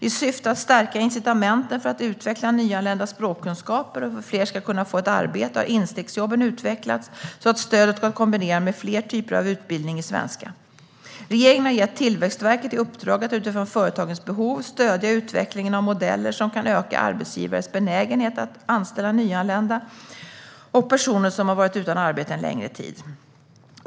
I syfte att stärka incitamenten för att utveckla nyanländas språkkunskaper och för att fler ska kunna få ett arbete har instegsjobben utvecklats så att stödet går att kombinera med flera typer av utbildning i svenska. Regeringen har gett Tillväxtverket i uppdrag att utifrån företagens behov stödja utvecklingen av modeller som kan öka arbetsgivares benägenhet att anställa nyanlända och personer som har varit utan arbete en längre tid.